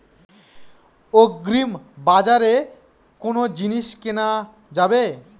আগ্রিবাজারে কোন জিনিস কেনা যাবে?